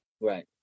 Right